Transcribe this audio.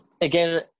Again